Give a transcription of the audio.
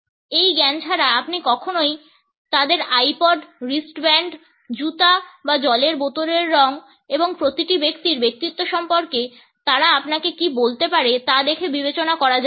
এই জ্ঞান ছাড়া আপনি কখনই তাদের আইপড রিস্টব্যান্ড জুতা বা জলের বোতলের রঙ এবং প্রতিটি ব্যক্তির ব্যক্তিত্ব সম্পর্কে তারা আপনাকে কী বলতে পারে তা দেখে বিবেচনা করা যায় না